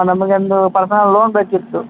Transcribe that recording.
ನಮಗೊಂದು personal loan ಬೇಕಿತ್ತು